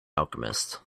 alchemist